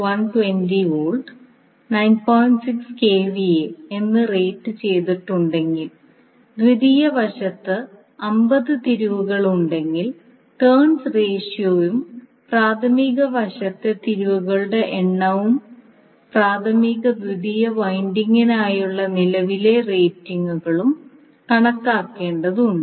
6 kVA എന്ന് rate ചെയ്തിട്ടുണ്ടെങ്കിൽ ദ്വിതീയ വശത്ത് 50 തിരിവുകൾ ഉണ്ടെങ്കിൽ ടേൺസ് റേഷ്യോയും പ്രാഥമിക വശത്തെ തിരിവുകളുടെ എണ്ണവും പ്രാഥമിക ദ്വിതീയ വൈൻഡിംഗിനായുള്ള നിലവിലെ റേറ്റിംഗുകളും കണക്കാക്കേണ്ടതുണ്ട്